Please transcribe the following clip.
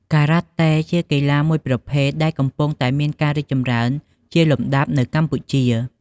ការ៉ាតេ ជាកីឡាមួយប្រភេទដែលកំពុងតែមានការរីកចម្រើនជាលំដាប់នៅកម្ពុជា។